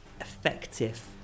effective